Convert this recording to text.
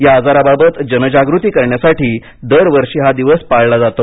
या आजाराबाबत जनजागृती करण्यासाठी दरवर्षी हा दिवस पाळला जातो